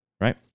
right